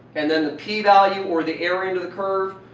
and then the p value or the area under the curve.